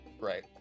Right